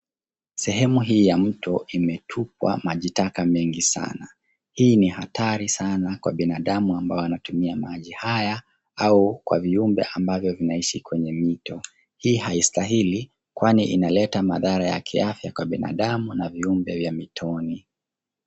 Sehemu hii ya mto imetupwa maji taka mengi sana. Hii ni hatari sana kwa binadamu ambayo wanatumia maji haya au kwa viumbe ambavyo inaishi kwenye mito. Hii hahistahili kwani inaleta mathara ya kiafya kwa binadamu na viumbe vya mitoni.